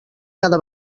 cada